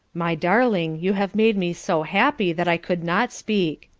my darling, you have made me so happy that i could not speak,